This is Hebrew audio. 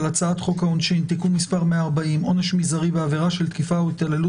הצעת חוק העונשין (תיקון 140) (עונש מזערי בעבירה של תקיפה או התעללות